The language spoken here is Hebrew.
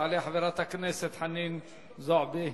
תעלה חברת הכנסת חנין זועבי,